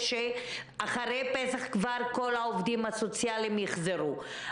שאחרי פסח כבר כל העובדים הסוציאליים יחזרו.